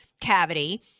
cavity